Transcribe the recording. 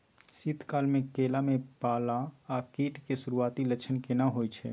शीत काल में केला में पाला आ कीट के सुरूआती लक्षण केना हौय छै?